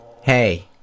Hey